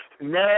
Next